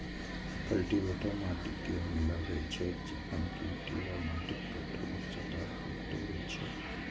cultivator माटि कें मिलाबै छै, जखन कि टिलर माटिक कठोर सतह कें तोड़ै छै